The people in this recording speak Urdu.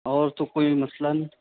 اور تو کوئی مسئلہ نہیں